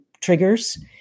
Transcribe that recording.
triggers